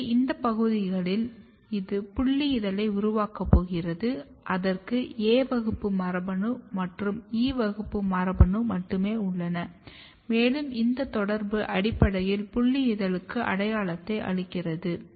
எனவே இந்த பகுதியில் இது புல்லி இதழை உருவாக்கப் போகிறது அதற்கு A வகுப்பு மரபணு மற்றும் E வகுப்பு மரபணு மட்டுமே உள்ளன மேலும் இந்த தொடர்பு அடிப்படையில் புல்லி இதழுக்கு அடையாளத்தை அளிக்கிறது